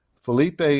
Felipe